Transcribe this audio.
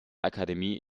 akademie